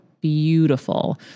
beautiful